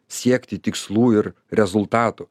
siekti tikslų ir rezultatų